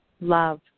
love